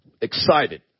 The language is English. excited